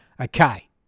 Okay